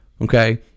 Okay